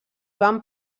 van